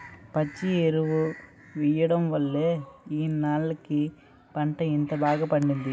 పచ్చి ఎరువు ఎయ్యడం వల్లే ఇన్నాల్లకి పంట ఇంత బాగా పండింది